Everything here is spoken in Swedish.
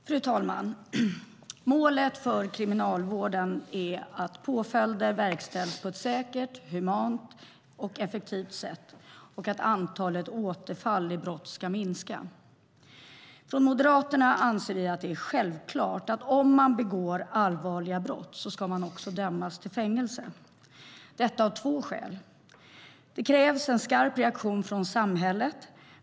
Fru talman! Målet för kriminalvården är att påföljder verkställs på ett säkert, humant och effektivt sätt och att antalet återfall i brott ska minska. Moderaterna anser att det är självklart att om man begår allvarliga brott ska man dömas till fängelse och detta av två skäl. Det krävs en skarp reaktion från samhället.